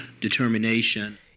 determination